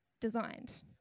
designed